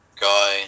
guy